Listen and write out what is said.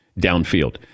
downfield